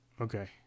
Okay